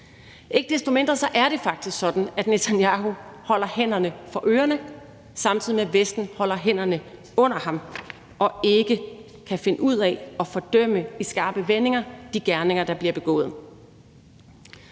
Ikke desto mindre er det faktisk sådan, at Netanyahu holder hænderne for ørerne, samtidig med at Vesten holder hænderne under ham og ikke kan finde ud af at fordømme de gerninger, der bliver begået,